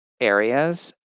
areas